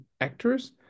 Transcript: actors